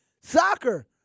Soccer